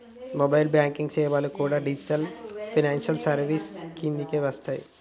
mobile banking సేవలు కూడా digital financial services కిందకే వస్తయ్యి